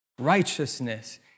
Righteousness